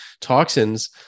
toxins